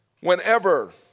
Whenever